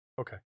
Okay